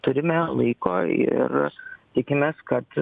turime laiko ir tikimės kad